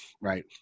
right